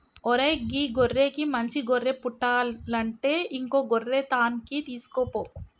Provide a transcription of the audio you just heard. ఓరై గీ గొర్రెకి మంచి గొర్రె పుట్టలంటే ఇంకో గొర్రె తాన్కి తీసుకుపో